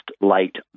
late